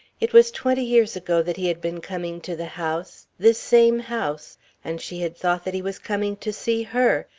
it was twenty years ago that he had been coming to the house this same house and she had thought that he was coming to see her,